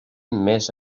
més